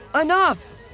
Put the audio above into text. enough